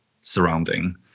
surrounding